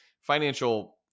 financial